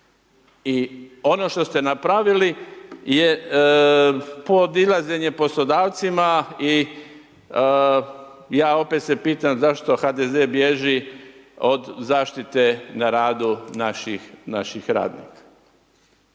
I ono što ste napravili je podilazenje poslodavcima i ja opet se pitam zašto HDZ bježi od zaštite na radu naših radnika?